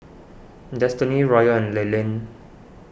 Destiny Royal and Leland